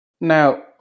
Now